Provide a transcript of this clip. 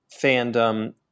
fandom